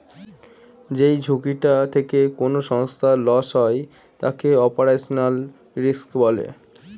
যেই ঝুঁকিটা থেকে কোনো সংস্থার লস হয় তাকে অপারেশনাল রিস্ক বলে